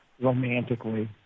romantically